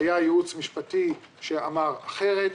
היה ייעוץ משפטי שאמר אחרת.